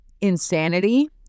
insanity